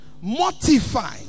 mortify